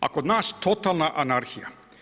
A kod nas totalna anarhija.